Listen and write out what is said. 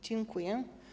Dziękuję.